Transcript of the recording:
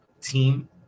team